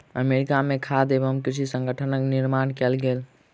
America में खाद्य एवं कृषि संगठनक निर्माण कएल गेल